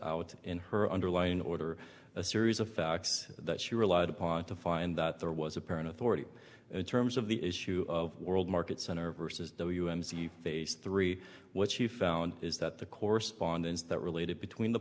authority in her underlying order a series of facts that she relied upon to find that there was apparent authority in terms of the issue of world market center versus w m c phase three what she found is that the correspondence that related between the